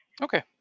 Okay